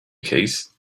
case